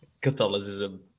Catholicism